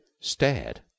stared